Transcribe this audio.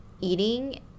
eating